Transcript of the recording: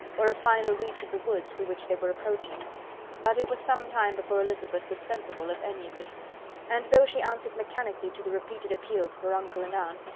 or a finer reach of the woods to which they were approaching but it was some time before elizabeth was sensible of any of it and, though she answered mechanically to the repeated appeals of her uncle and aunt,